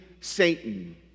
Satan